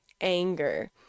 anger